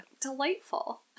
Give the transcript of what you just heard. delightful